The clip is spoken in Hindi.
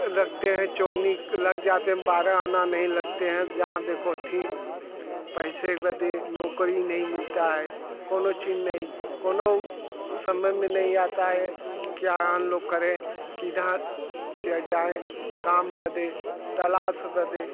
रखते हैं चोली लग जाते हैं बाहर आना नहीं लगते हैं जहाँ देखो ठीक पैसे बदे नौकरी नहीं मिलता है कौनो चीज़ नही कौनो समझ में नहीं आता है क्या हम लोग करे किधर जाएं काम बदे तलाश बदे